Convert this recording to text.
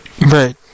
Right